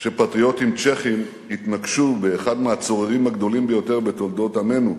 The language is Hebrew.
כשפטריוטים צ'כים התנקשו באחד מהצוררים הגדולים ביותר בתולדות עמנו,